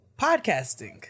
podcasting